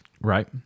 Right